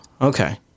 okay